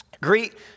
Greet